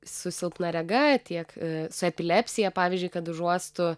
su silpna rega tiek su epilepsija pavyzdžiui kad užuostų